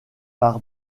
par